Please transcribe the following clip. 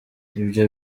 ibyo